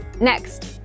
Next